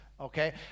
okay